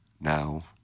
now